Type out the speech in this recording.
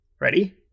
Ready